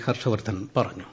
ഹർഷവർദ്ധൻ പറഞ്ഞു